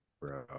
bro